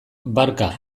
barka